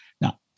Now